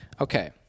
Okay